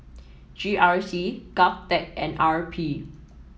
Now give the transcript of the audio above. G R C Govtech and R P